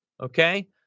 Okay